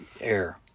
air